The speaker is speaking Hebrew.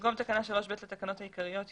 תקנה 3ב לתקנות העיקריות יבוא: